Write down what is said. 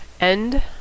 End